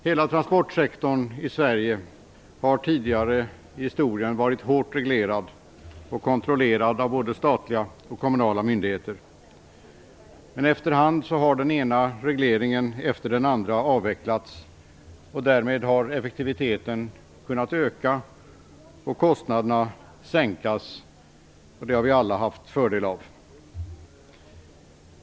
Hela transportsektorn i Sverige har tidigare i historien varit hårt reglerad och kontrollerad av både statliga och kommunala myndigheter. Men efter hand har den ena regleringen efter den andra avvecklats, och därmed har effektiviteten kunnat öka och kostnaderna sänkas, vilket vi alla har haft fördel av.